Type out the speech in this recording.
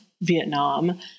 Vietnam